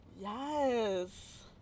Yes